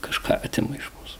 kažką atima iš mūsų